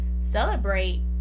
celebrate